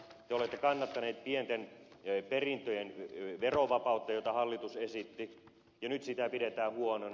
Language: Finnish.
te olette kannattaneet pienten perintöjen verovapautta jota hallitus esitti ja nyt sitä pidetään huonona